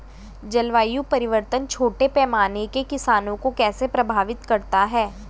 जलवायु परिवर्तन छोटे पैमाने के किसानों को कैसे प्रभावित करता है?